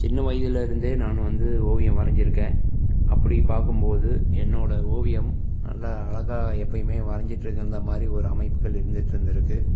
சின்ன வயதுலேருந்தே நானு வந்து ஓவியம் வரைஞ்சிருக்கேன் அப்படி பார்க்கும் போது என்னோடய ஓவியம் நல்லா அழகாக எப்போயும் வரைஞ்சிட்டு இருந்த மாதிரி ஒரு அமைப்புகள் இருந்துகிட்டு இருந்துருக்கு